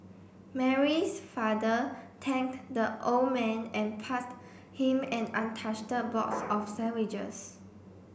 Mary's father thanked the old man and passed him an untouched box of sandwiches